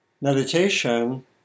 meditation